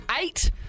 Eight